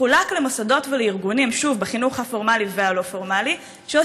לאחר מכן, דב חנין ורחל עזריה.